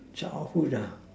childhood